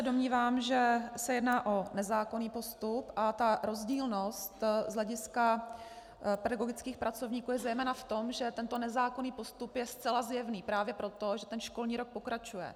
Domnívám se, že se jedná o nezákonný postup, a rozdílnost z hlediska pedagogických pracovníků je zejména v tom, že tento nezákonný postup je zcela zjevný právě proto, že ten školní rok pokračuje.